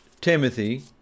Timothy